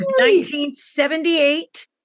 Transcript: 1978